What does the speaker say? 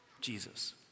Jesus